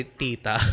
tita